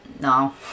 no